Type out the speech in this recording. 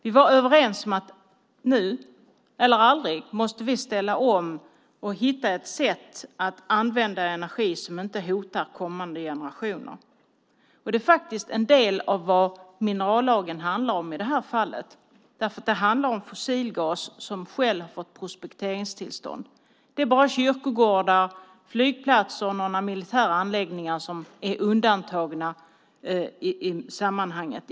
Vi var överens om att nu eller aldrig måste vi ställa om och hitta ett sätt att använda energi som inte hotar kommande generationer. Det är faktiskt en del av vad minerallagen handlar om i det här fallet, därför att det handlar om fossilgas som Shell har fått prospekteringstillstånd för. Det är bara kyrkogårdar, flygplatser och några militära anläggningar som är undantagna i sammanhanget.